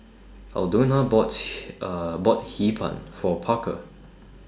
Aldona bought bought Hee Pan For Parker